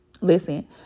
Listen